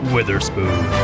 Witherspoon